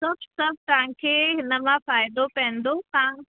सोच त तव्हांखे हिन मां फ़ाइदो पवंदो तव्हां